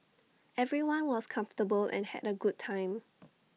everyone was comfortable and had A good time